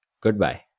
Goodbye